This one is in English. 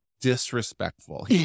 disrespectful